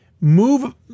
Move